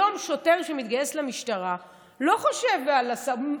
היום, שוטר שמתגייס למשטרה לא חושב על השר.